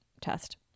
test